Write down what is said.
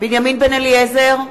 בנימין בן-אליעזר,